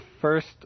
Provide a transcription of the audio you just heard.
first